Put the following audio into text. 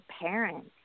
parents